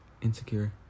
Insecure